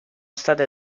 state